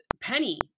penny